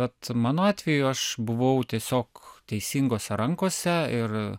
vat mano atveju aš buvau tiesiog teisingose rankose ir